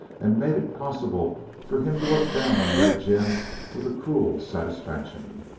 and made it possible for him to look down on red jim with a cruel satisfaction.